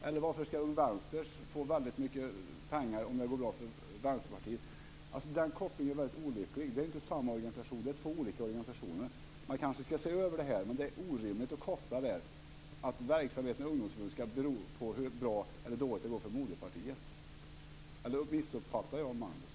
Eller varför ska Ung vänster få väldigt mycket pengar om det går bra för Vänsterpartiet? Den kopplingen är väldigt olycklig. Det är inte samma organisation. Det är två olika organisationer. Man kanske ska se över det här, men det är orimligt att koppla det så att verksamheten i ungdomsförbunden ska bero på hur bra eller dåligt det går för moderpartiet. Eller missuppfattar jag Magnus?